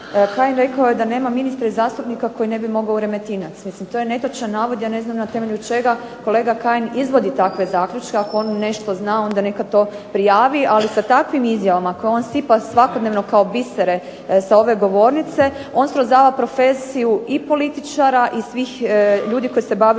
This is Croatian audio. Kajin rekao je da nema ministra i zastupnika koji ne bi mogao u Remetinac. Mislim, to je netočan navod. Ja ne znam na temelju čega kolega Kajin izvodi takve zaključke. Ako on nešto zna onda neka to prijavi ali sa takvim izjavama koje on sipa svakodnevno kao bisere sa ove govornice on srozava profesiju i političara i svih ljudi koji se bave